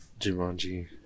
Jumanji